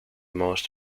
most